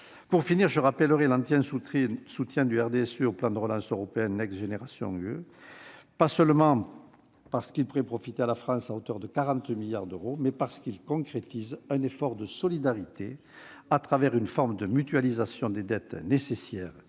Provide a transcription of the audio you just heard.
Pour finir, je rappellerai l'entier soutien du RDSE au plan de relance européen Next Generation EU, pas seulement parce qu'il pourrait profiter à la France à hauteur de 40 milliards d'euros, mais parce qu'il concrétise un effort de solidarité, au travers d'une forme de mutualisation des dettes, nécessaire